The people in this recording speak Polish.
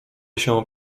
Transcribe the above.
się